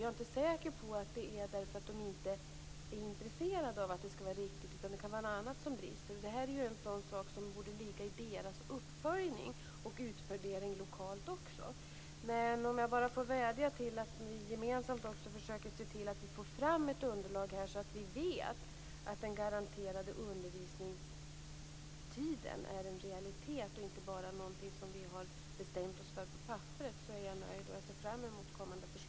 Jag är inte säker på att det beror på att de inte är intresserade av att det skall vara riktigt, utan det kan vara annat som brister. Det här är en sådan sak som borde ligga i deras uppföljning och utvärdering lokalt. Om jag får vädja om att vi gemensamt försöker se till att vi får fram ett underlag så att vi vet att den garanterade undervisningstiden är en realitet och inte bara något som vi har bestämt oss för på papperet så är jag nöjd.